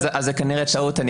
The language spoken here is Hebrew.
את כנראה טעות.